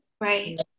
Right